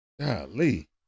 Golly